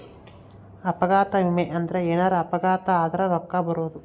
ಅಪಘಾತ ವಿಮೆ ಅಂದ್ರ ಎನಾರ ಅಪಘಾತ ಆದರ ರೂಕ್ಕ ಬರೋದು